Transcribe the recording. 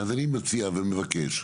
אז אני מציע ומבקש,